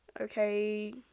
Okay